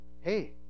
hey